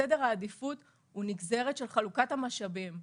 סדר העדיפות הוא נגזרת של חלוקת המשאבים,